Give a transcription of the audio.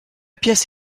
pièce